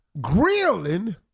Grilling